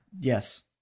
Yes